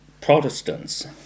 Protestants